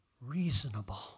reasonable